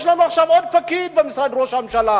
יש לנו פקיד נוסף במשרד ראש הממשלה,